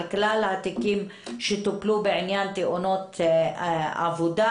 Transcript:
כלל התיקים שטופלו בעניין תאונות העבודה,